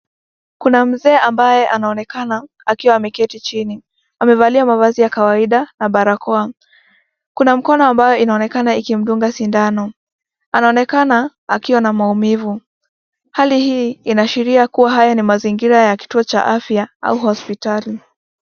Kuna mzee ambaye anaonekana akiwa ameketi chini. Amevalia mavazi ya kawaida na barakoa. Kuna mkono ambayo inaonekana ikimdunga sindano. Anaonekana akiwa na maumivu. Hali hii inaashiria kuwa haya ni mazingira ya kituo cha afya au hospitali.